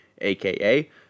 aka